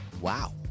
Wow